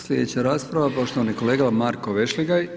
Sljedeća rasprava poštovani kolega Marko Vešligaj.